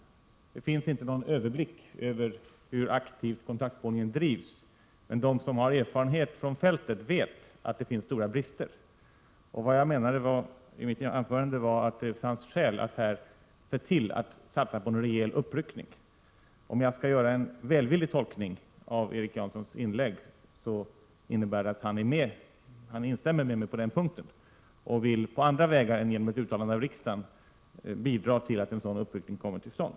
Det finns inte någon överblick över hur aktivt kontaktspårningen bedrivs, men de som har erfarenhet från fältet vet att det finns stora brister, och vad jag menade var att det finns skäl att se till att satsa på en rejäl uppryckning här. Om jag skall göra en välvillig tolkning av Erik Jansons inlägg, innebär det att han instämmer med mig på den punkten och vill, på andra vägar än genom ett uttalande av riksdagen, bidra till att en sådan uppryckning kommer till stånd.